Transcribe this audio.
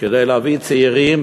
כדי להביא צעירים